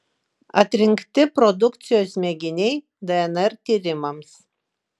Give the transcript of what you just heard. atrinkti produkcijos mėginiai dnr tyrimams